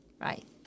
right